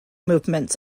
movements